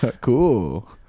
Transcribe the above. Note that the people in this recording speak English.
cool